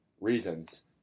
reasons